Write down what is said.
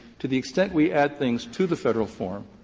to the extent we add things to the federal form,